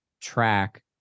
track